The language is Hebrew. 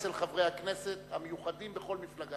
זה אצל חברי הכנסת המיוחדים בכל מפלגה.